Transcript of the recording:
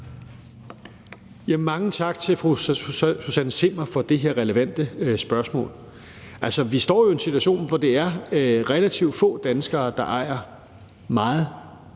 Mange tak til fru Susanne Zimmer for det her relevante spørgsmål. Altså, vi står jo i en situation, hvor det er relativt få danskere, der ejer meget